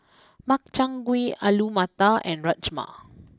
Makchang Gui Alu Matar and Rajma